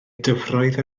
dyfroedd